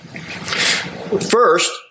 First